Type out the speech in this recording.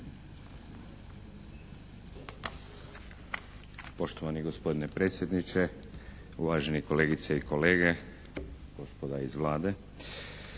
Poštovani gospodine predsjedniče. Uvaženi kolegice i kolege. Gospoda iz Vlade.